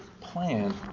plan